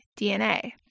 DNA